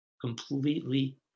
completely